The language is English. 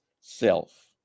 self